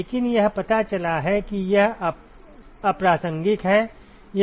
लेकिन यह पता चला है कि यह अप्रासंगिक है